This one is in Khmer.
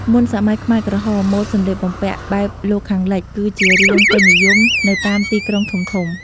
មុនសម័យខ្មែរក្រហម ម៉ូដសម្លៀកបំពាក់បែបលោកខាងលិច គឺជារឿងពេញនិយមនៅតាមទីក្រុងធំៗ។